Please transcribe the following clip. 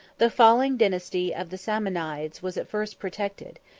the falling dynasty of the samanides was at first protected,